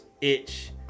itch